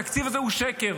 התקציב הזה הוא שקר.